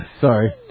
Sorry